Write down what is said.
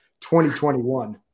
2021